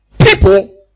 people